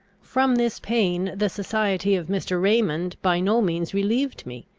from this pain the society of mr. raymond by no means relieved me.